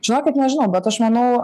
žinokit nežinau bet aš manau